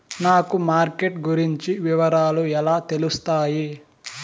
నాకు మార్కెట్ గురించి వివరాలు ఎలా తెలుస్తాయి?